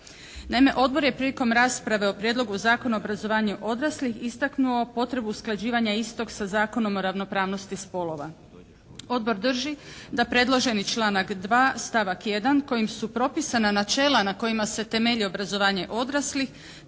Naime, Odbor je prilikom rasprave o Prijedlogu zakona o obrazovanju odraslih istaknuo potrebu usklađivanja istog za Zakonom o ravnopravnosti spolova. Odbor drži da predloženi članak 2. stavak 1. kojim su propisana načela na kojima se temelji obrazovanje odraslih